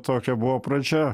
tokia buvo pradžia